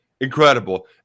incredible